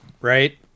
right